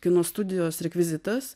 kino studijos rekvizitas